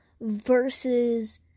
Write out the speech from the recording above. versus